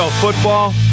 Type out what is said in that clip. Football